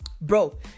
Bro